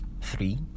three